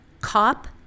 Cop